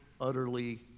utterly